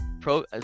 Pro